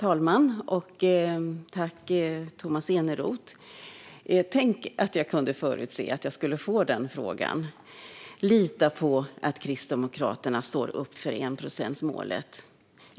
Herr talman! Tänk att jag kunde förutse att jag skulle få den frågan. Lita på att Kristdemokraterna står upp för enprocentsmålet!